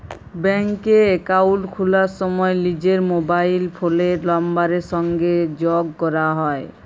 ব্যাংকে একাউল্ট খুলার সময় লিজের মবাইল ফোলের লাম্বারের সংগে যগ ক্যরা